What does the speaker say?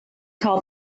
call